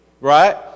Right